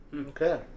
Okay